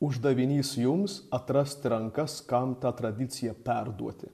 uždavinys jums atrasti rankas kam tą tradiciją perduoti